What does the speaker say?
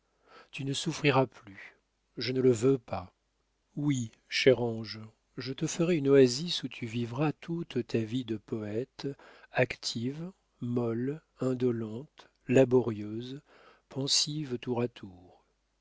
tu ne souffriras plus je ne le veux pas oui cher ange je te ferai une oasis où tu vivras toute ta vie de poète active molle indolente laborieuse pensive tour à tour